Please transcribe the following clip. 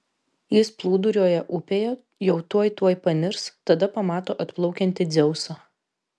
jis plūduriuoja upėje jau tuoj tuoj panirs tada pamato atplaukiantį dzeusą